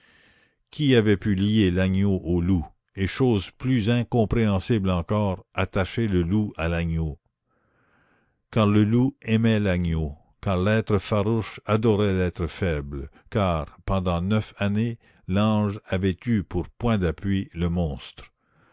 qui avait pu lier l'agneau au loup et chose plus incompréhensible encore attacher le loup à l'agneau car le loup aimait l'agneau car l'être farouche adorait l'être faible car pendant neuf années l'ange avait eu pour point d'appui le monstre